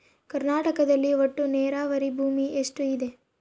ಕರ್ನಾಟಕದಲ್ಲಿ ಒಟ್ಟು ನೇರಾವರಿ ಭೂಮಿ ಎಷ್ಟು ಇದೆ?